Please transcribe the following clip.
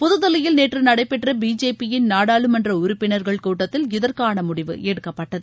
புதுதில்லியில் நேற்று நடைபெற்ற பிஜேபியின் நாடாளுமன்ற உறுப்பினர்கள் கூட்டத்தில் இதற்கான முடிவு எடுக்கப்பட்டது